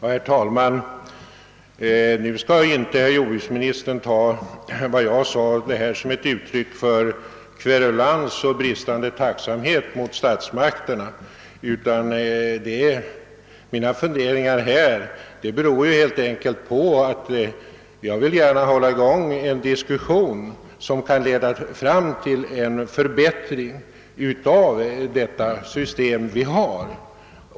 Herr talman! Jordbruksministern skall inte uppfatta vad jag sade såsom ett uttryck för kverulans och bristande tacksamhet mot statsmakterna — mina funderingar beror helt enkelt på att jag gärna vill hålla i gång en diskussion som kan leda fram till en förbättring av det system som vi har.